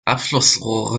abflussrohre